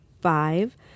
five